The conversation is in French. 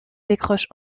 décroche